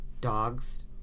Dogs